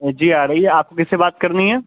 جی آ رہی آپ کو کس سے بات کرنی ہے